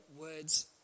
words